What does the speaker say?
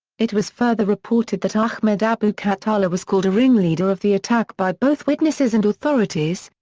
it was further reported that ahmed abu khattala was called a ringleader of the attack by both witnesses and authorities,